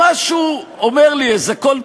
משהו אומר לי, איזה קול פנימי,